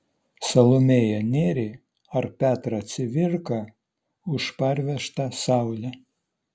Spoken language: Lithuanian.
salomėją nėrį ar petrą cvirką už parvežtą saulę